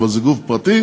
אבל זה גוף פרטי,